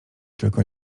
tylko